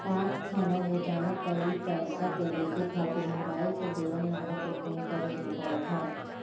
डाक खाना में जमा कईल पईसा के देखे खातिर मोबाईल से देवल नंबर पे फोन करे के पड़त ह